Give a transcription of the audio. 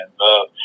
love